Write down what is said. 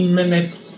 minutes